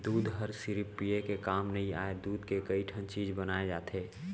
दूद हर सिरिफ पिये के काम नइ आय, दूद के कइ ठन चीज बनाए जाथे